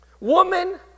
Woman